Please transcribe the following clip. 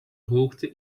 hoogte